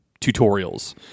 tutorials